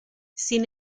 sin